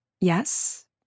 yes